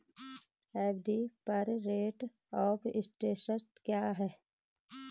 FD पर rate of interest क्या है?